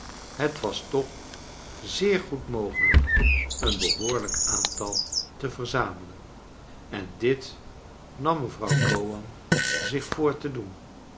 het was toch zeer goed mogelijk een behoorlijk aantal te verzamelen en dit nam mevrouw gowan zich voor te doen